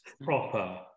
proper